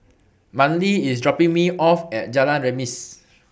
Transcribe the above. Manley IS dropping Me off At Jalan Remis